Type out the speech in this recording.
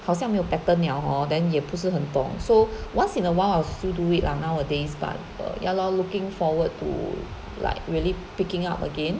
好像没有 pattern liao hor then 也不是很懂 so once in a while I'll still do it lah nowadays but err ya lor looking forward to like really picking up again